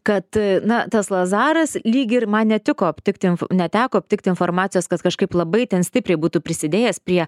kad na tas lazaras lyg ir man netiko aptikti neteko aptikti informacijos kad kažkaip labai ten stipriai būtų prisidėjęs prie